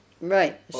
right